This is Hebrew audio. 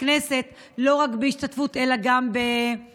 הכנסת לא רק בהשתתפות אלא גם בהצבעות.